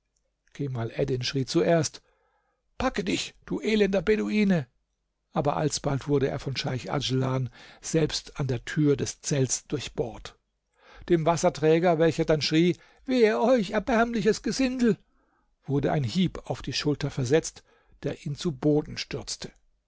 kemal eddin schrie zuerst packe dich du elender beduine aber alsbald wurde er von scheich adjlan selbst an der tür des zelts durchbohrt dem wasserträger welcher dann schrie wehe euch erbärmliches gesindel wurde ein hieb auf die schulter versetzt der ihn zu boden stürzte